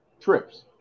trips